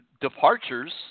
departures